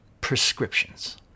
prescriptions